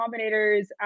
Combinator's